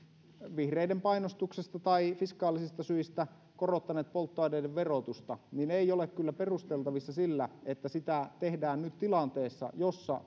vihreiden painostuksesta tai fiskaalisista syistä korottaneet polttoaineiden verotusta ei ole kyllä perusteltavissa sillä sitä tehdään nyt tilanteessa jossa